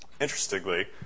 Interestingly